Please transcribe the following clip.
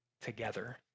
together